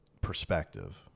perspective